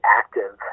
active